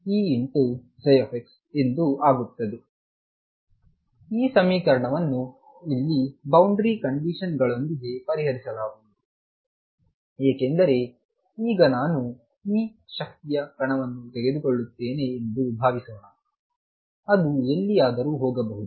ಈ ಸಮೀಕರಣವನ್ನು ಇಲ್ಲಿ ಬೌಂಡರಿ ಕಂಡೀಶನ್ಗಳೊಂದಿಗೆ ಪರಿಹರಿಸಲಾಗುವುದು ಏಕೆಂದರೆ ಈಗ ನಾನು 'E' ಶಕ್ತಿಯ ಕಣವನ್ನು ತೆಗೆದುಕೊಳ್ಳುತ್ತೇನೆ ಎಂದು ಭಾವಿಸೋಣ ಅದು ಎಲ್ಲಿಯಾದರೂ ಹೋಗಬಹುದು